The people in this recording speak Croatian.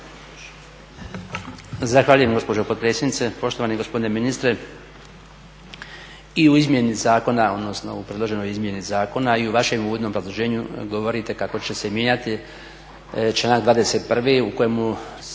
Zahvaljujem gospođo potpredsjednice. Poštovani gospodine ministre, i u izmjeni zakona, odnosno u predloženoj izmjeni zakona a i u vašem uvodnom obrazloženju govorite kako će se mijenjati članak 21. u kojemu